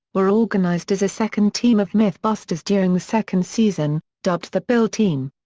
were organized as a second team of mythbusters during the second season, dubbed the build team.